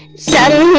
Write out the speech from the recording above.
seven